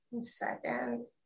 second